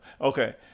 okay